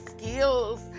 skills